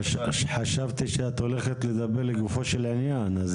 חשבתי שאת הולכת לדבר לגופו של עניין.